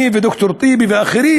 אני וד"ר טיבי ואחרים